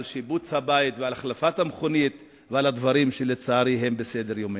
על שיפוץ הבית או החלפת המכונית ועל דברים שלצערי הם על סדר-יומנו.